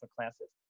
classes